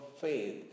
faith